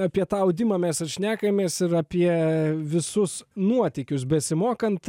apie tą audimą mes ir šnekamės ir apie visus nuotykius besimokant